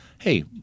hey